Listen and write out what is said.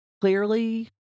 clearly